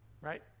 Right